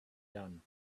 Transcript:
done